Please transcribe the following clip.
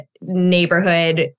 neighborhood